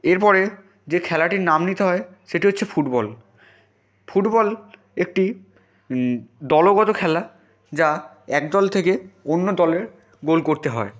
এরপরে যে খেলাটির নাম নিতে হয় সেটি হচ্ছে ফুটবল ফুটবল একটি দলগত খেলা যা একদল থেকে অন্য দলের গোল করতে হয়